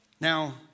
Now